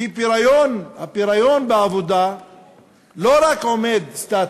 כי הפריון בעבודה לא רק עומד, סטטי,